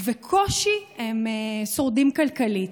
והם בקושי שורדים כלכלית.